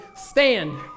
stand